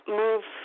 move